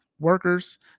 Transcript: Workers